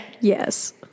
yes